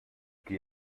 qui